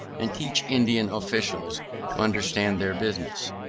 and teach indian officials to understand their business.